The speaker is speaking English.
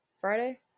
Friday